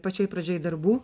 pačioj pradžioj darbų